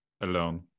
Alone